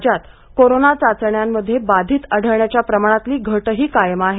राज्यात कोरोना चाचण्यांमध्ये बाधित आढळण्याच्या प्रमाणातली घट कायम आहे